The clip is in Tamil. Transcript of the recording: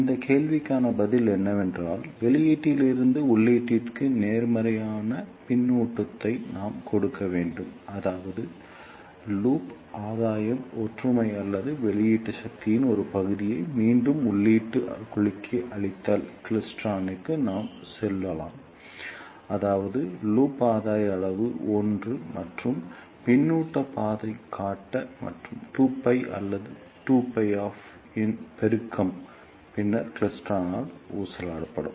இந்த கேள்விக்கான பதில் என்னவென்றால் வெளியீட்டில் இருந்து உள்ளீட்டிற்கு நேர்மறையான பின்னூட்டத்தை நாம் கொடுக்க வேண்டும் அதாவது லூப் ஆதாயம் ஒற்றுமை அல்லது வெளியீட்டு சக்தியின் ஒரு பகுதியை மீண்டும் உள்ளீட்டு குழிக்கு அளித்தால் கிளிஸ்டிரானுக்கு நாம் சொல்லலாம் அதாவது லூப் ஆதாய அளவு 1 மற்றும் பின்னூட்ட பாதை கட்ட மாற்றம் 2 π அல்லது 2π of இன் பெருக்கம் பின்னர் கிளைஸ்ட்ரான் ஊசலாடும்